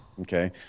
Okay